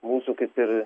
mūsų kaip ir